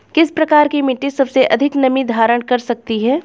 किस प्रकार की मिट्टी सबसे अधिक नमी धारण कर सकती है?